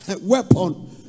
weapon